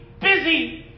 busy